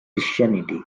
christianity